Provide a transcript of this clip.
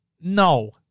No